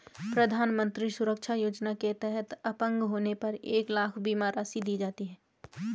प्रधानमंत्री सुरक्षा योजना के तहत अपंग होने पर एक लाख बीमा राशि दी जाती है